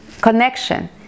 connection